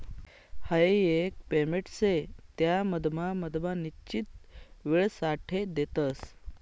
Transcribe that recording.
हाई एक पेमेंट शे त्या मधमा मधमा निश्चित वेळसाठे देतस